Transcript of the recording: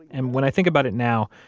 and when i think about it now,